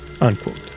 Unquote